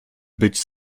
być